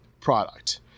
product